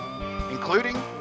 including